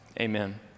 Amen